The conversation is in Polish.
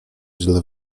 źle